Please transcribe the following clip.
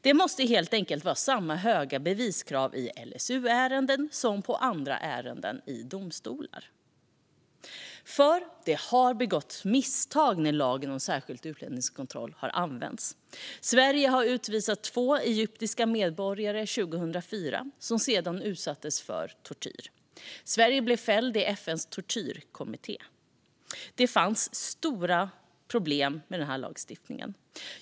Det måste helt enkelt vara samma höga beviskrav på LSU-ärenden som på andra ärenden i domstolar. Det har begåtts misstag när lagen om särskild utlänningskontroll använts. Sverige utvisade 2004 två egyptiska medborgare, som sedan utsattes för tortyr. Sverige fälldes i FN:s tortyrkommitté. Det finns stora problem med den här lagstiftningen.